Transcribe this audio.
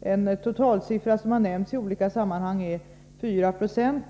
En totalsiffra som har nämnts i olika sammanhang är 490.